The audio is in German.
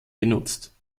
genutzt